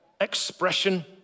expression